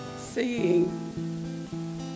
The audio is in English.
seeing